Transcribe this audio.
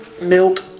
milk